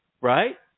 right